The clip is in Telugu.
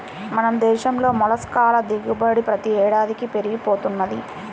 మన దేశంలో మొల్లస్క్ ల దిగుబడి ప్రతి ఏడాదికీ పెరిగి పోతున్నది